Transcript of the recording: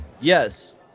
Yes